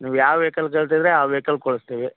ನೀವು ಯಾವ ವೇಕಲ್ ಕೇಳ್ತಿದ್ರ ಆ ವೇಕಲ್ ಕಳ್ಸ್ತೀವಿ